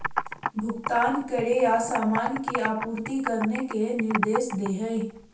भुगतान करे या सामान की आपूर्ति करने के निर्देश दे हइ